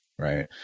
Right